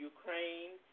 Ukraine